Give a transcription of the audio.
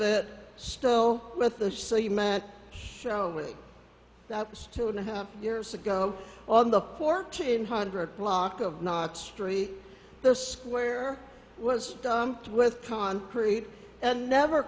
it still with those so you met showing that two and a half years ago on the fourteen hundred block of not street the square was dumped with concrete and never